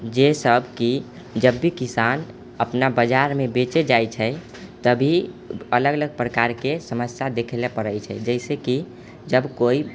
जे सबकि जब भी किसान अपना बजारमे बेचऽ जाइ छै तभी अलग अलग प्रकारके समस्या देखैलए पड़ै छै जैसेकि जब कोइ